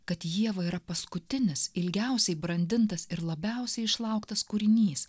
kad ieva yra paskutinis ilgiausiai brandintas ir labiausiai išlauktas kūrinys